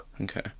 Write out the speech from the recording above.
Okay